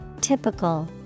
typical